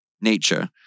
nature